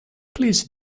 please